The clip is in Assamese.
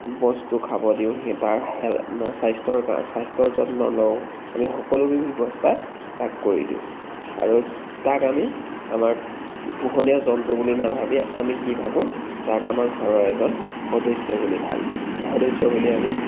বস্তু খাব দিওঁ সেই তাৰ হেল স্বাস্থ্য স্বাস্থ্যৰ যত্ন লওঁ আমি সকলোবোৰ ব্যৱস্থা তাক কৰি দিওঁ আৰু তাক আমি পোহনীয়া জন্তু বুলি নেভাবি আমি কি ভাবোঁ তাক আমাৰ ঘৰৰ এজন সদস্য বুলি ভাবোঁ সদস্য বুলি আমি